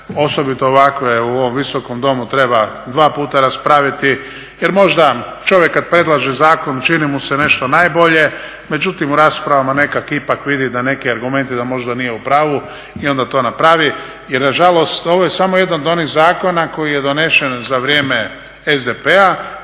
osobito ovakve u ovom Visokom domu treba dva puta raspraviti. Jer možda čovjek kada predlaže zakon čini mu se nešto najbolje međutim, u raspravama nekako ipak vidi neke argumente da možda nije u pravu i onda to napravi. Jer nažalost ovo je samo jedan od onih zakon koji je donesen za vrijeme SDP-a,